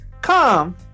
come